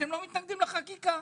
אתם לא מתנגדים לחקיקה.